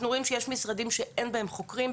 אנחנו רואים שיש משרדים שאין בהם חוקרים,